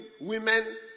women